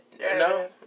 No